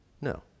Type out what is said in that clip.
No